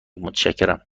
متشکرم